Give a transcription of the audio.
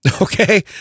Okay